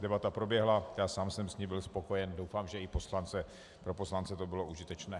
Debata proběhla, já sám jsem s ní byl spokojen, doufám, že i pro poslance to bylo užitečné.